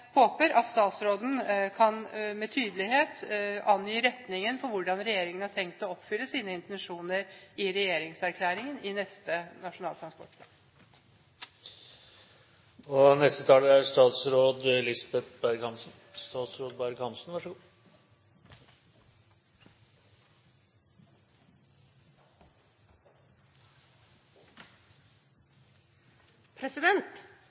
håper at statsråden med tydelighet kan angi retningen for hvordan regjeringen har tenkt å oppfylle sine intensjoner i regjeringserklæringen i neste Nasjonal transportplan.